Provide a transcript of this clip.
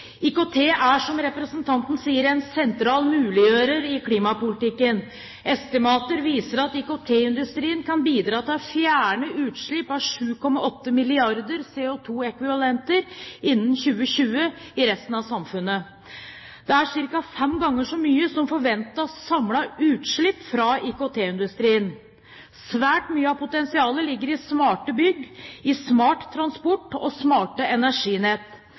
IKT er, som representanten sier, en sentral muliggjører i klimapolitikken. Estimater viser at IKT-industrien kan bidra til å fjerne utslipp av 7,8 milliarder CO2-ekvivalenter innen 2020, i resten av samfunnet. Det er ca. fem ganger så mye som forventet samlet utslipp fra IKT-industrien. Svært mye av potensialet ligger i smarte bygg, smart transport og smarte energinett.